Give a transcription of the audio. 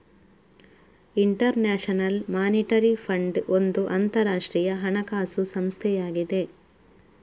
inter national monetary fund ಒಂದು ಅಂತರಾಷ್ಟ್ರೀಯ ಹಣಕಾಸು ಸಂಸ್ಥೆಯಾಗಿದೆ